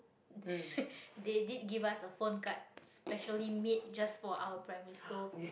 th~ they did give us a phone card specially made just for our primary school